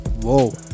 Whoa